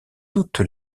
toute